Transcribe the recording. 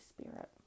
Spirit